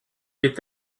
est